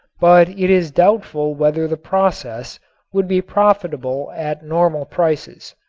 but it is doubtful whether the process would be profitable at normal prices.